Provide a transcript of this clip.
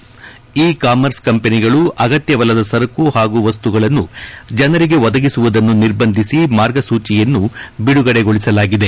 E commerce ಕಂಪನಿಗಳು ಅಗತ್ಯವಲ್ಲದ ಸರಕು ಹಾಗೂ ವಸ್ತುಗಳನ್ನು ಜನರಿಗೆ ಒದಗಿಸುವುದನ್ನು ನಿರ್ಬಂಧಿಸಿ ಮಾರ್ಗಸೂಚಿಯನ್ನು ಬಿಡುಗಡೆ ಗೊಳಿಸಲಾಗಿದೆ